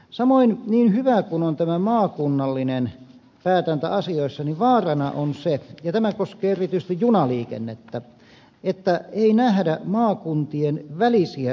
samoin niin hyvää kuin on tämä maakunnallinen päätäntä asioissa vaarana on se ja tämä koskee erityisesti junaliikennettä että ei nähdä maakuntien välisiä yhteyksiä